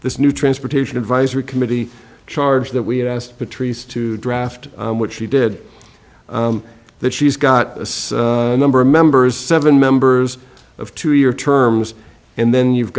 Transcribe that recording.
this new transportation advisory committee charged that we had asked patrice to draft what she did that she's got a number of members seven members of two year terms and then you've